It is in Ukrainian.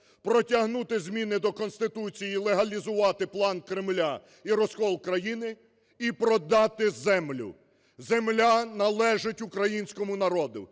протягнути зміни до Конституції і легалізувати план Кремля і розкол країни, і продати землю. Земля належить українському народу,